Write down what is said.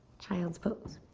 child's pose.